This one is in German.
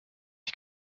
ich